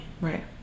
Right